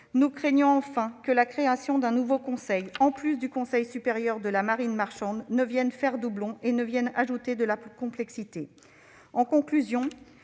Nous craignons enfin que la création d'un nouveau Conseil, en plus du Conseil supérieur de la marine marchande (CSMM), ne fasse doublon et n'ajoute de la complexité. En conclusion,